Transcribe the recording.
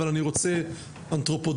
אבל אני רוצה אנתרופודוסי,